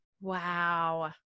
Wow